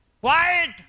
quiet